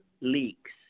leaks